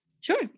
Sure